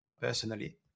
personally